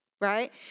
right